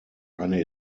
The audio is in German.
eine